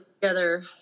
together